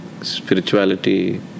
spirituality